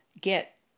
get